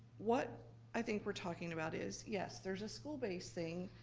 what i think we're talking about is, yes, there's a school-based thing,